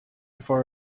far